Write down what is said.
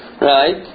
right